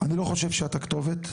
אני לא חושב שאת הכתובת,